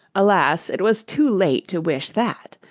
alas! it was too late to wish that!